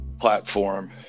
platform